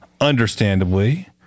understandably